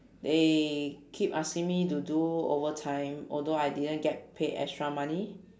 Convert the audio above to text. they keep asking me to do overtime although I didn't get paid extra money